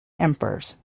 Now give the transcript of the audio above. emperors